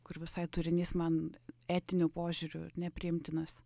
kur visai turinys man etiniu požiūriu nepriimtinas